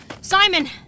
Simon